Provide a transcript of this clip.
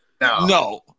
No